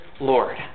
Lord